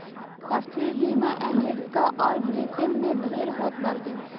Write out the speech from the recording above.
राष्ट्रीय बीमा अमरीका अउर ब्रिटेन में ढेर होत बाटे